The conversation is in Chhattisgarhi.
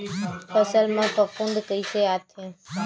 फसल मा फफूंद कइसे आथे?